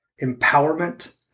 empowerment